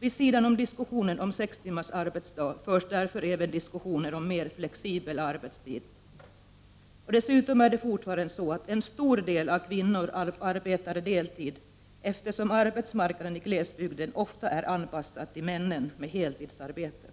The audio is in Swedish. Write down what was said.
Vid sidan om diskussionen om sex timmars arbetsdag förs därför även diskussioner om mer flexibel arbetstid. Dessutom är det fortfarande så, att en stor del av kvinnorna arbetar deltid eftersom arbetsmarknaden i glesbygden ofta är anpassad till män med heltidsarbete.